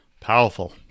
Powerful